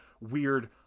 weird